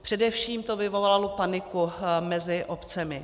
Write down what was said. Především to vyvolalo paniku mezi obcemi.